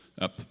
up